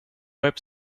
web